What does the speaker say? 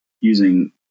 using